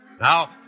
Now